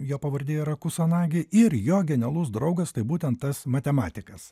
jo pavardė yra kusanagi ir jo genialus draugas tai būtent tas matematikas